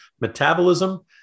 metabolism